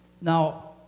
Now